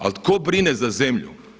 Ali tko brine za zemlju?